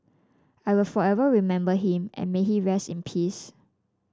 I will forever remember him and may he rest in peace